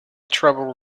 trouble